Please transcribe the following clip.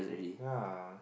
ya